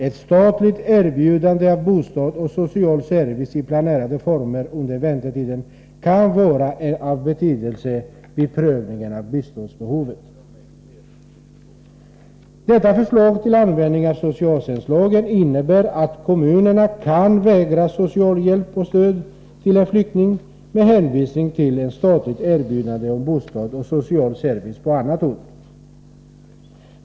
Ett statligt erbjudande av bostad och social service i planerade former under väntetiden kan vara av betydelse vid prövningen av biståndsbehovet. Detta förslag till användning av socialtjänstlagen innebär att kommunerna kan vägra socialhjälp och stöd till en flykting med hänvisning till ett statligt erbjudande om bostad och social service på annat håll.